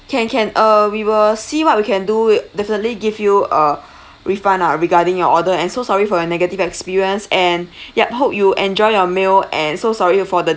can can err we will see what we can do definitely give you a refund ah regarding your order and so sorry for your negative experience and yup hope you enjoy your meal and so sorry for the